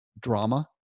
drama